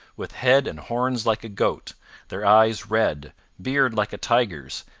with head and horns like a goat their eyes red beard like a tiger's,